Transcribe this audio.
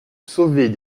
sauver